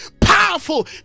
powerful